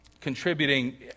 Contributing